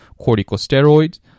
corticosteroids